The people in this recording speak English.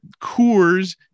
Coors